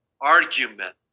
argument